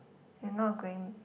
you not going